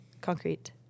Concrete